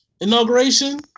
inauguration